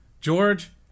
George